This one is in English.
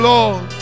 Lord